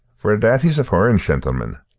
for a' that he's a foreign shentleman.